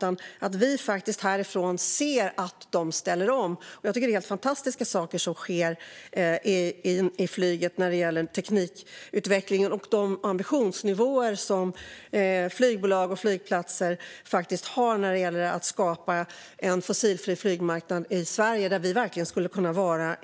Jag tycker att det är helt fantastiska saker som sker inom flyget när det gäller teknikutvecklingen och den ambitionsnivå som flygbolag och flygplatser har när det gäller att skapa en fossilfri flygmarknad i Sverige. Vi i Sverige skulle verkligen kunna vara